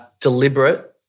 deliberate